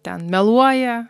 ten meluoja